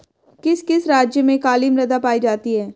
किस किस राज्य में काली मृदा पाई जाती है?